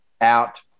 out